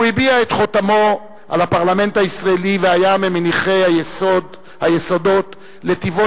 הוא הטביע את חותמו על הפרלמנט הישראלי והיה ממניחי היסודות לטיבו